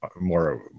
more